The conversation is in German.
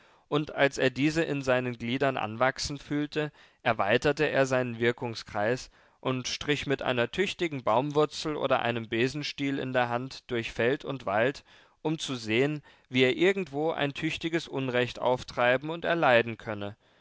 und als er diese in seinen gliedern anwachsen fühlte erweiterte er seinen wirkungskreis und strich mit einer tüchtigen baumwurzel oder einem besenstiel in der hand durch feld und wald um zu sehen wie er irgendwo ein tüchtiges unrecht auftreiben und erleiden könne